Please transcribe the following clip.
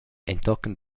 entochen